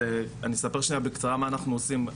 אני אספר שנייה בקצרה מה אנחנו עושים.